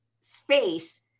space